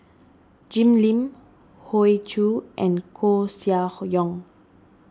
Jim Lim Hoey Choo and Koeh Sia Yong